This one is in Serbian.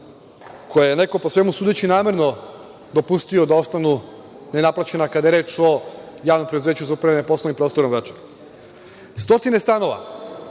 koje je neko po svemu sudeći, namerno dopustio da ostanu nenaplaćena kada je reč o Javnom preduzeću za upravljanje poslovnim prostorom opštine Vračar. Stotine stanova